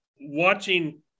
watching